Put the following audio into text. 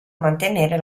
mantenere